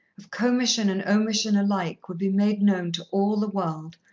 of commission and omission alike, would be made known to all the world,